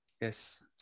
Yes